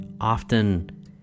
often